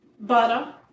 butter